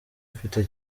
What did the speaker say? mfite